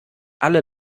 alle